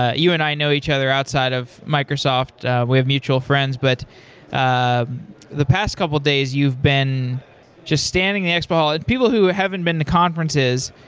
ah you and i know each other outside of microsoft. we have mutual friends, but ah the past couple of days you've been just standing at the expo hall and people who haven't been to conferences,